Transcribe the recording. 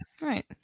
Right